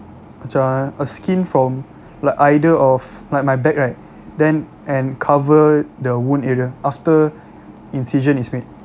macam a skin from like either of like my back right then and cover the wound area after incision is made